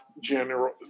general